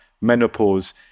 menopause